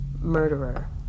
murderer